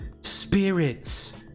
spirits